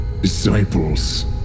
Disciples